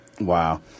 Wow